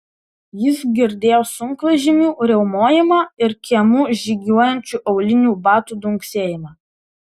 jis girdėjo sunkvežimių riaumojimą ir kiemu žygiuojančių aulinių batų dunksėjimą